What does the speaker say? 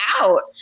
out